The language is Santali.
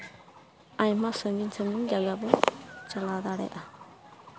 ᱟᱭᱢᱟ ᱥᱟᱺᱜᱤᱧ ᱥᱟᱺᱜᱤᱧ ᱡᱟᱭᱜᱟ ᱵᱚᱱ ᱪᱟᱞᱟᱣ ᱫᱟᱲᱮᱭᱟᱜᱼᱟ